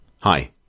Hi